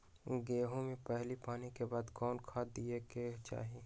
गेंहू में पहिला पानी के बाद कौन खाद दिया के चाही?